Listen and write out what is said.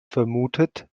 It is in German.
vermutet